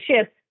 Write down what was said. ship